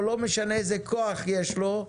או לא משנה איזה כוח יש לו,